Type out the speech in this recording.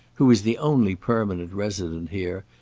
who is the only permanent resident here,